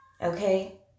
okay